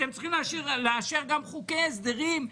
אתם צריכים לאשר גם חוקי הסדרים,